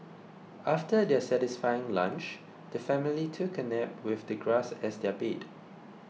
after their satisfying lunch the family took a nap with the grass as their bed